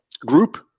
group